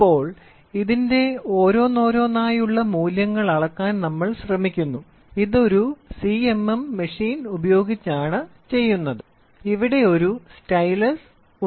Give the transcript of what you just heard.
അപ്പോൾ ഇതിന്റെ ഓരോന്നോരോന്നായുള്ള മൂല്യങ്ങൾ അളക്കാൻ നമ്മൾ ശ്രമിക്കുന്നു ഇത് ഒരു CMM machine coordinate measuring machine ഉപയോഗിച്ചാണ് ചെയ്യുന്നത് ഇവിടെ ഒരു സ്റ്റൈലസ് ഉണ്ട്